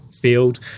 field